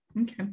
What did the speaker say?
Okay